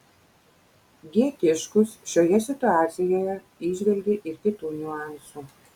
g tiškus šioje situacijoje įžvelgė ir kitų niuansų